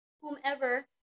whomever